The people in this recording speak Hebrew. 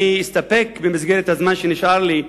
במסגרת הזמן שנשאר לי,